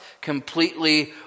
completely